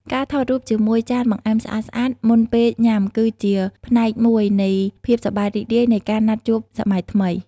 ការថតរូបជាមួយចានបង្អែមស្អាតៗមុនពេលញ៉ាំ គឺជាផ្នែកមួយនៃភាពសប្បាយរីករាយនៃការណាត់ជួបសម័យថ្មី។